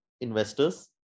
investors